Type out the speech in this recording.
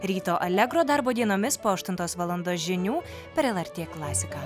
ryto allegro darbo dienomis po aštuntos valandos žinių per lrt klasiką